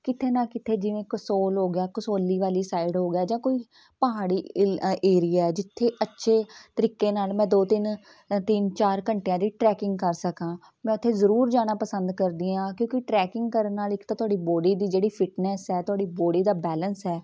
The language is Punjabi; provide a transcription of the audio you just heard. ਕਿਤੇ ਨਾ ਕਿਤੇ ਜਿਵੇਂ ਕਸੋਲ ਹੋ ਗਿਆ ਕਸੋਲੀ ਵਾਲੀ ਸਾਈਡ ਹੋ ਗਿਆ ਜਾਂ ਕੋਈ ਪਹਾੜੀ ਏ ਏਰੀਆ ਜਿੱਥੇ ਅੱਛੇ ਤਰੀਕੇ ਨਾਲ ਮੈਂ ਦੋ ਤਿੰਨ ਤਿੰਨ ਚਾਰ ਘੰਟਿਆਂ ਦੀ ਟਰੈਕਿੰਗ ਕਰ ਸਕਾਂ ਮੈਂ ਇੱਥੇ ਜ਼ਰੂਰ ਜਾਣਾ ਪਸੰਦ ਕਰਦੀ ਹਾਂ ਕਿਉਂਕਿ ਟਰੈਕਿੰਗ ਕਰਨ ਨਾਲ ਇੱਕ ਤਾਂ ਤੁਹਾਡੀ ਬੋਡੀ ਦੀ ਜਿਹੜੀ ਫਿਟਨੈਸ ਹੈ ਤੁਹਾਡੀ ਬੋਡੀ ਦਾ ਬੈਲਂਸ ਹੈ